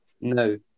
No